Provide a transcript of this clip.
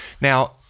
Now